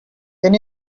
can